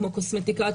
כמו קוסמטיקה,